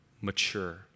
mature